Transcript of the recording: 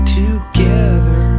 together